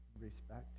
respect